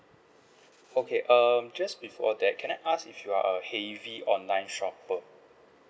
okay um just before that can I ask if you are a heavy online shopper